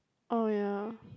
oh ya